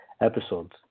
episodes